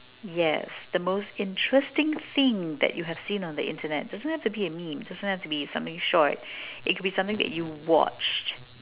yes the most interesting thing that you have seen on the internet doesn't have to be a meme doesn't have to be something short it could be something that you watched